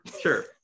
Sure